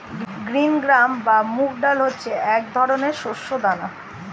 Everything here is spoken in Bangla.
গ্রিন গ্রাম বা মুগ ডাল হচ্ছে এক ধরনের শস্য দানা